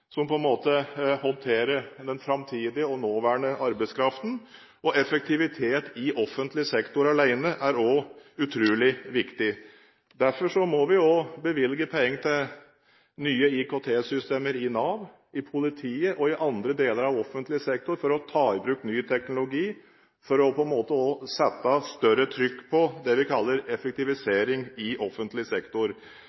som håndterer den framtidige og nåværende arbeidskraften. Effektivitet i offentlig sektor alene er også utrolig viktig. Derfor må vi også bevilge penger til nye IKT-systemer i Nav, i politiet og i andre deler av offentlig sektor for å ta i bruk ny teknologi for på en måte å sette større trykk på det vi kaller